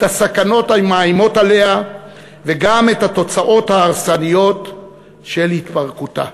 את הסכנות המאיימות עליה וגם את התוצאות ההרסניות של התפרקותה.